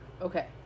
okay